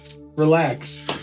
relax